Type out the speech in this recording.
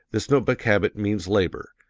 this note-book habit means labor,